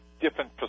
different